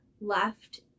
left